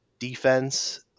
defense